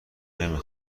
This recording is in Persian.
نمی